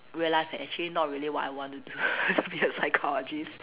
realised that actually not what I want to do be a psychologist